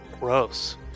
Gross